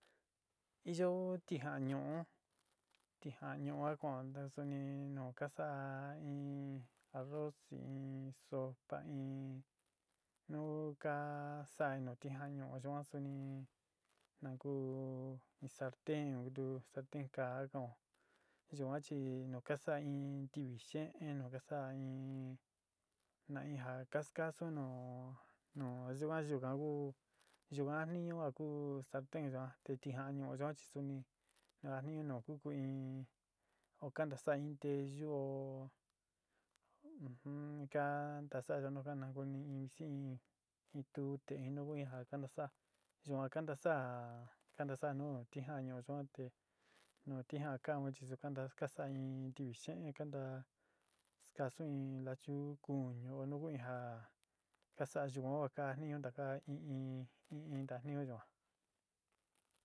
Iyo tija'an ñu'u tijaan ñuu ka kan'o suni nu ka sa'a in in arroz in sopa in nu ka saa in nu tijaan ñuu yuan suni naku in sarten kutu sarten ka'a ka kan'o yuan chi nu ka sa'a in ntivi xeen nu ka sa'a in na in ja ka skasu nu nu yuan yuka ku yuan jatniñu ja ku sarten yuan te tijaan ñuu yuan chi suni jatniñu nu ku ku in ó ka ntasaa in nteyuo ujum ka kantasaayo nu ka nukuun in siin in tute in nu ku in ja ka nasaa yuan kantasaa kantasaa nu tijaan ñuu suan te nu tijaan ka un chi yuka kanta ka saa in ntivi xeen kanta skasu in lachu kuñu nu ku in ja ka saa yuan kuja jatniñu ntaka in in tajniñu yuan.